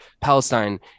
Palestine